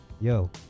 Yo